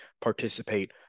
participate